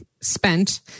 spent